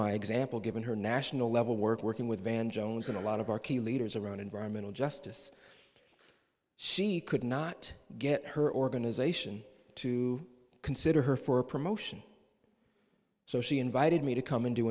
my example given her national level work working with van jones and a lot of our key leaders around environmental justice she could not get her organization to consider her for a promotion so she invited me to come and do